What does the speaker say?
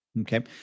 Okay